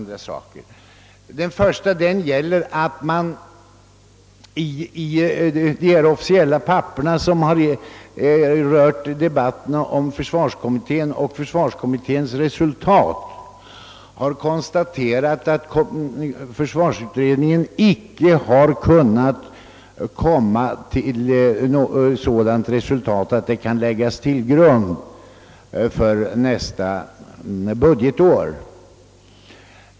Den första gäller att man i de officiella handlingar som rört debatterna om för svarskommittén och försvarskommitténs resultat har konstaterat, att försvarsutredningen icke har kunnat komma till sådant resultat att det kunnat läggas till grund för nästa budgetår.